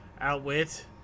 Outwit